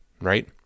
right